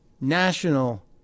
national